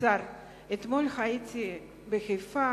אדוני השר.